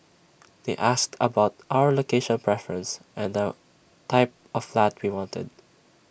they asked about our location preference and the type of flat we wanted